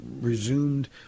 resumed